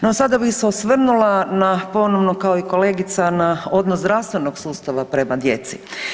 No sada bih se osvrnula na ponovno kao i kolegica na odnos zdravstvenog sustava prema djeci.